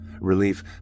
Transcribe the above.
Relief